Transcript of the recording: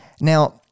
Now